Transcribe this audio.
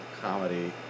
comedy